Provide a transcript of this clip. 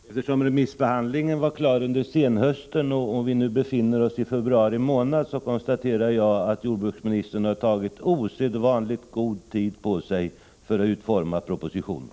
Herr talman! Eftersom remissbehandlingen var klar under senhösten och vi nu befinner oss i februari månad konstaterar jag att jordbruksministern har tagit osedvanligt god tid på sig för att utforma propositionen.